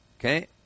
okay